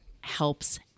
helps